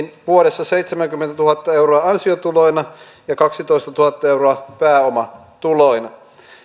vuodessa seitsemänkymmentätuhatta euroa ansiotuloina ja kaksitoistatuhatta euroa pääomatuloina